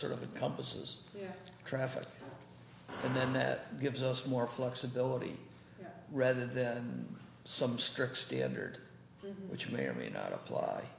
sort of a compass is traffic and then that gives us more flexibility rather than some strict standard which may or may not apply